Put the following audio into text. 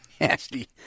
nasty